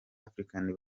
african